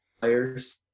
players